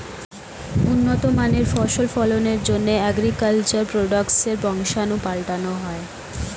উন্নত মানের ফসল ফলনের জন্যে অ্যাগ্রিকালচার প্রোডাক্টসের বংশাণু পাল্টানো হয়